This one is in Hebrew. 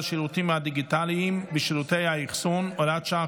השירותים הדיגיטליים ושירותי האחסון (הוראת שעה,